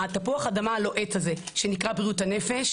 התפוח אדמה הלוהט הזה שנקרא בריאות הנפש